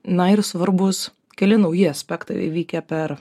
na ir svarbūs keli nauji aspektai įvykę per